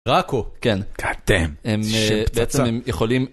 דראקו, כן, גאד דאם. שיר פצצה. הם בעצם הם יכולים